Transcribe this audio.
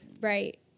Right